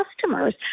customers